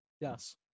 Yes